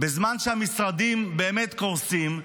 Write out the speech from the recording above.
בזמן שהמשרדים באמת קורסים.